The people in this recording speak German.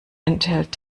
enthält